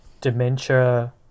dementia